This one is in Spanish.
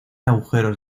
agujeros